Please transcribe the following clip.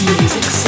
Music